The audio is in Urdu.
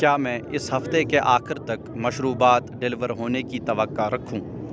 کیا میں اس ہفتے کے آخر تک مشروبات ڈیلیور ہونے کی توقع رکھوں